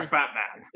Batman